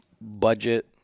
budget